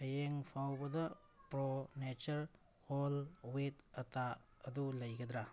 ꯍꯌꯦꯡ ꯐꯥꯎꯕꯗ ꯄ꯭ꯔꯣ ꯅꯦꯆꯔ ꯍꯣꯜ ꯋꯦꯠ ꯑꯇꯥ ꯑꯗꯨ ꯂꯩꯒꯗ꯭ꯔꯥ